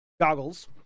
goggles